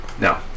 no